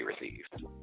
received